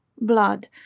blood